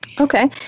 Okay